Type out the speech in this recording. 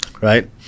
right